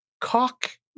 cock